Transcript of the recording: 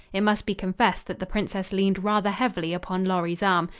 it must be confessed that the princess leaned rather heavily upon lorry's arm.